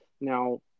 now